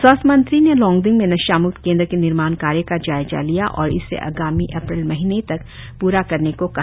स्वास्थ्य मंत्री ने लोंगडिंग में नशाम्क्त केंद्र के निर्माण कार्य का जायजा लिया और इसे आगामी अप्रैल महीने तक प्रा करने को कहा